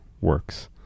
works